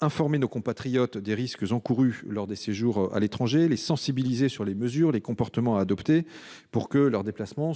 informer nos compatriotes des risques encourus lors de séjours à l'étranger et à les sensibiliser sur les mesures et comportements à adopter pour réaliser leurs déplacements